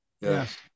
yes